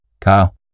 kyle